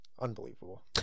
unbelievable